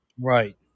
Right